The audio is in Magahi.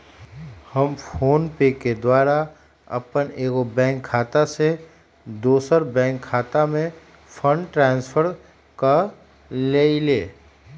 हम फोनपे के द्वारा अप्पन एगो बैंक खता से दोसर बैंक खता में फंड ट्रांसफर क लेइले